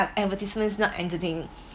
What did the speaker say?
advertisement is not entertaining